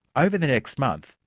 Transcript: over the next month,